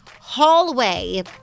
hallway